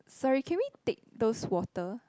sorry can we take those water